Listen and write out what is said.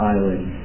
Island